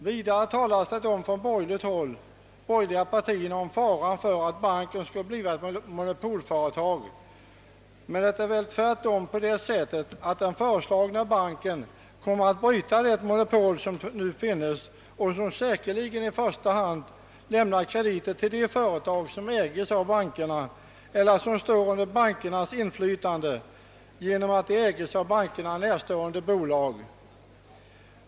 Vidare talar de borgerliga partierna om faran för att banken skulle kunna bli ett monopolföretag, men den före slagna banken kommer väl tvärtom att bryta det nuvarande monopolet, som säkerligen i första hand lämnar krediter till de företag som ägs av bankerna eller som står under deras inflytande därför att de ägs av bankerna närstående bolag.